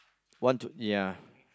want to ya